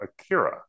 Akira